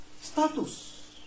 status